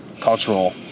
cultural